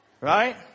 right